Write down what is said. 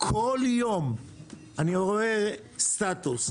כל יום אני רואה סטטוס.